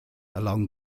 along